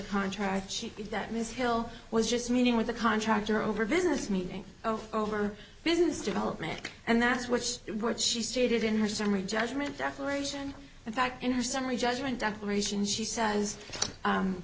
contract she did that ms hill was just meeting with a contractor over a business meeting over business development and that's what what she stated in her summary judgment decoration in fact in her summary judgment declaration she